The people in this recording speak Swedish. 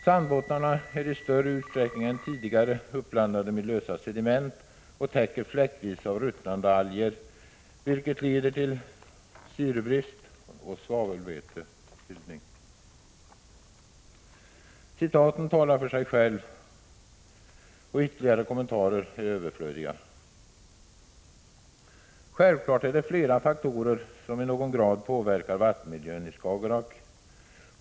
Sandbottnarna är i större utsträckning än tidigare uppblandade med lösa sediment och täcks fläckvis av ruttnande alger, vilket leder till syrebrist och svavelvätebildning. Detta talar för sig självt, och ytterligare kommentarer är överflödiga. Självklart är det flera faktorer som i någon grad påverkar vattenmiljön i Skagerrak.